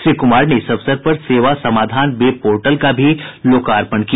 श्री कुमार ने इस अवसर पर सेवा समाधान वेब पोटर्ल का भी लोकापर्ण किया